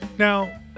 Now